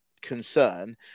concern